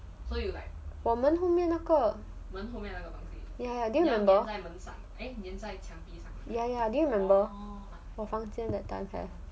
我门后面那个 ya ya did you remember ya ya do you remember balcony that side